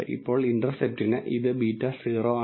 ഇപ്പോൾ ഇന്റർസെപ്റ്റിന് ഇത് β̂0 ആണ്